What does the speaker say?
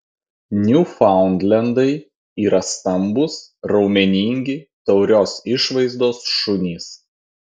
niufaundlendai yra stambūs raumeningi taurios išvaizdos šunys